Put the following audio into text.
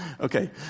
Okay